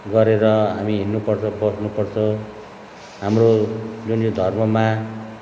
गरेर हामी हिँड्नुपर्छ बस्नुपर्छ हाम्रो जुन यो धर्ममा